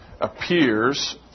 appears